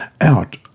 out